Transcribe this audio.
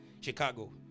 Chicago